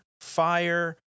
fire